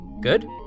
good